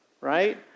right